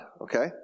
okay